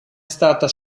stata